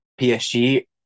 PSG